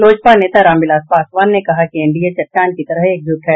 लोजपा नेता रामविलास पासवान ने कहा कि एनडीए चट्टान की तरह एकजुट है